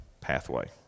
pathway